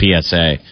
PSA